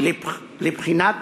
לבחינת